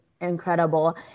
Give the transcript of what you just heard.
incredible